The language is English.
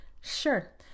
sure